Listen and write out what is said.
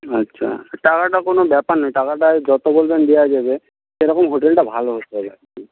আচ্ছা টাকাটা কোনো ব্যাপার না টাকাটা যত বলবেন দেওয়া যাবে সেরকম হোটেলটা ভালো হতে হবে আর কি